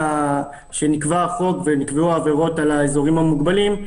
כשנקבע החוק ונקבעו העבירות על האזורים המוגבלים,